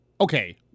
okay